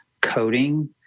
coding